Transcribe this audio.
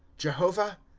jehovah,